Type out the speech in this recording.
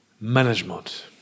management